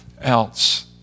else